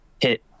hit